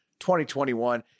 2021